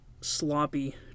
sloppy